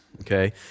okay